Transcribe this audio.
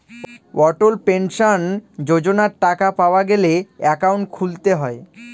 অটল pension যোজনার টাকা পাওয়া গেলে একাউন্ট খুলতে হয়